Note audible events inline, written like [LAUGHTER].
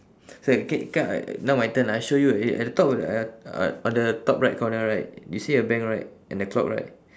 [BREATH] so K come uh now my turn ah I show you eh at the top uh uh on the top right corner right you see a bank right and a clock right